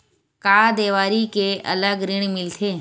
का देवारी के अलग ऋण मिलथे?